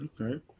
okay